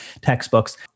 textbooks